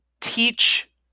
teach